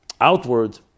outward